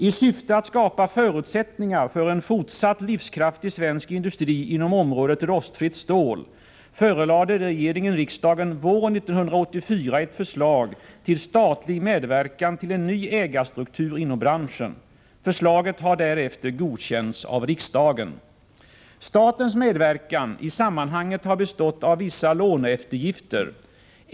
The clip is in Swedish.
I syfte att skapa förutsättningar för en fortsatt livskraftig svensk industri inom området rostfritt stål förelade regeringen riksdagen våren 1984 ett förslag till statlig medverkan till en ny ägarstruktur inom branschen. Förslaget har därefter godkänts av riksdagen. Statens medverkan i sammanhanget har bestått av vissa låneeftergifter.